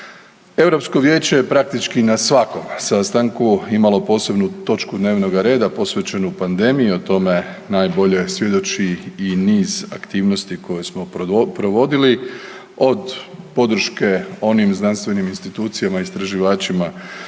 Europsko vijeće je praktički na svakom sastanku imalo posebnu točku dnevnoga reda posvećenu pandemiji, o tome najbolje svjedoči i niz aktivnosti koje smo provodili, od podrške onim znanstvenim institucijama i istraživačima